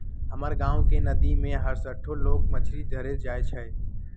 हमर गांव के नद्दी में हरसठ्ठो लोग मछरी धरे जाइ छइ